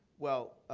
well,